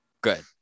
good